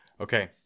Okay